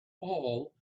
all